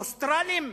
אוסטרלים?